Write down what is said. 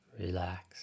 relax